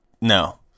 No